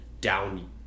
down